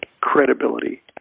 credibility